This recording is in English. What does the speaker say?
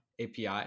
API